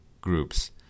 groups